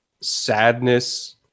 sadness